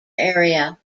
area